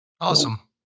Awesome